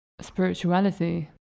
spirituality